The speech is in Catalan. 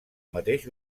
mateix